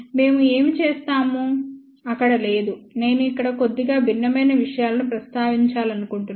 మేము ఏమి చేసామో అక్కడ లేదు నేను ఇక్కడ కొద్దిగా భిన్నమైన విషయాలను ప్రస్తావించాలనుకుంటున్నాను